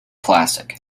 plastic